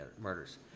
murders